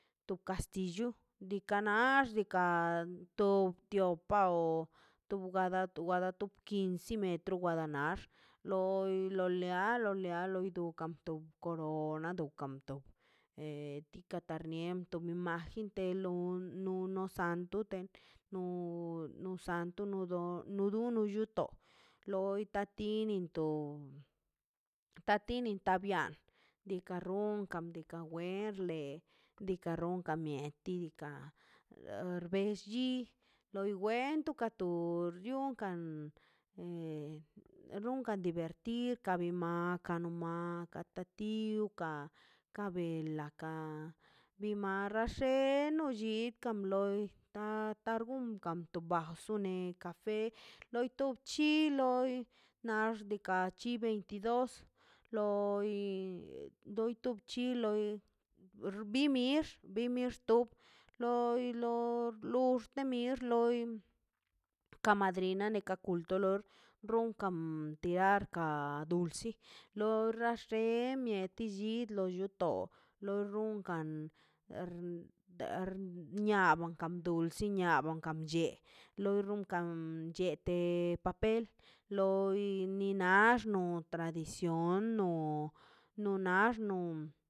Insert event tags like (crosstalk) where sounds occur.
To kastillo diikaꞌ nax diika' to tio pao tu (unintelligible) quinci metro wada nax lo lea lo lea loi du btan ko na dokan to e diikaꞌ tormierto te lo nuna santo de no santo no do no duno lluto loi ta tininto ta tini ta bia diikaꞌ romka diikaꞌ wenr le diikaꞌ ronka mieti diikaꞌ xbell lli loi wento kato diorkan e runkan divertir kan bi makn lo maka ta tiwb ka ka bela ka bi marralle no llinkan loi tan tor gunganto basune ka pe loito chi loi naxdikaꞌ chi veintidos loi dip to chi loi bi mix bi mix to lo toi lo lux te mir loi ka madrian le ka kulto runkan tiarcan du pulsi lo ralle mieti lli lo lo lluto lo runkan er erniaba kan dulsin niaba kam che loi runkan llete papel lo bi nax no tradición no no na axno.